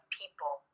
people